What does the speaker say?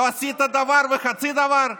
לא עשית דבר וחצי דבר.